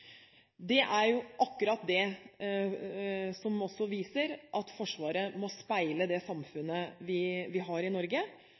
Det er akkurat det som også viser at Forsvaret må speile det